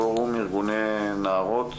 פורום ארגוני נערות.